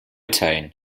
tone